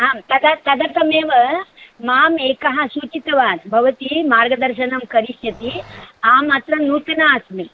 आं तदा तदर्थमेव माम् एकः सूचितवान् भवती मार्गदर्शनं करिष्यति अहमत्र नूतना अस्मि